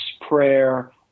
prayer